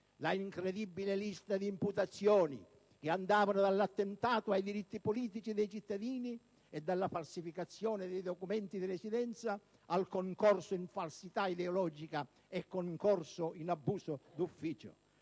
la incredibile lista di imputazioni che andavano dall'attentato ai diritti politici dei cittadini e dalla falsificazione dei documenti di residenza al concorso in falsità ideologica e concorso in abuso d'ufficio.